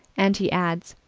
and he adds,